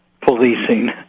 policing